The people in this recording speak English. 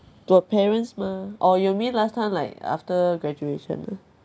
got parents mah or you mean last time like after graduation ah